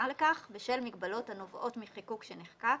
לכך בשל מגבלות הנובעות מחיקוק שנחקק,